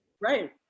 Right